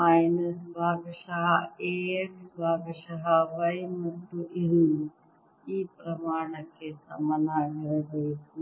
minus ಭಾಗಶಃ A x ಭಾಗಶಃ y ಮತ್ತು ಇದು ಈ ಪ್ರಮಾಣಕ್ಕೆ ಸಮನಾಗಿರಬೇಕು